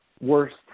worst